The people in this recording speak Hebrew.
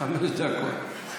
חמש דקות.